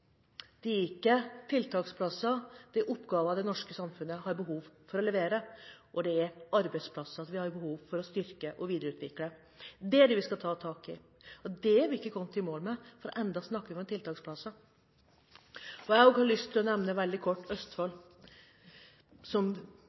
Det er ikke tiltaksplasser, det er oppgaver det norske samfunnet har behov for å levere, og det er arbeidsplasser vi har behov for å styrke og videreutvikle. Det er det vi skal ta tak i, og det er vi ikke kommet i mål med, for enda snakker vi om tiltaksplasser. Jeg har lyst til veldig kort å nevne Østfold som